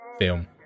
film